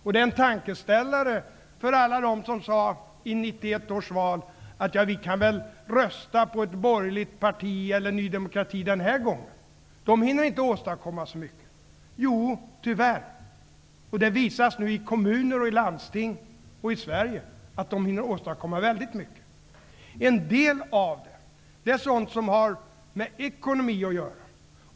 Det är en tankeställare för alla som i 1991 års val sade att de väl kunde rösta på ett borgerligt parti eller på Ny demokrati den gången, eftersom de inte skulle hinna åstadkomma så mycket. Jo, tyvärr. Och det visar sig nu i kommuner och landsting och i Sverige att de hinner åstadkomma väldigt mycket. En del av det är sådant som har med ekonomi att göra.